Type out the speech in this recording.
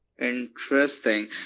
interesting